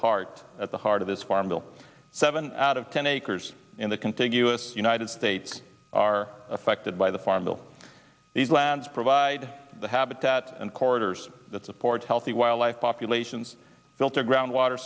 heart at the heart of this farm bill seven out of ten acres in the contiguous united states are affected by the farm bill these lands provide the habitat and corridors that support healthy wildlife populations filter ground water